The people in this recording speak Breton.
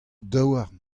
daouarn